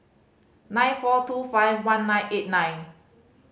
nine four two five one nine eight nine